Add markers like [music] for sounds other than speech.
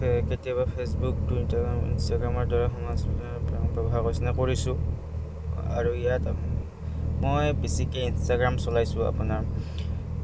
কেতিয়াবা Facebook Twitter ইনষ্টাগ্ৰামৰ দৰে সমাজ [unintelligible] ব্যৱহাৰ কৰিছেনে কৰিছোঁ আৰু ইয়াত মই বেছিকৈ ইনষ্টাগ্ৰাম চলাইছোঁ আপোনাৰ